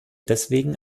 deswegen